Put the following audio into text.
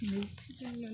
ನಿಲ್ಲಿಸಿದ್ರಲ್ಲಾ